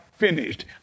finished